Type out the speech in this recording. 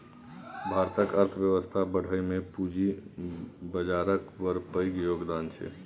भारतक अर्थबेबस्था बढ़ाबइ मे पूंजी बजारक बड़ पैघ योगदान छै